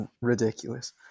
ridiculous